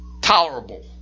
tolerable